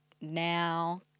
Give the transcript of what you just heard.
now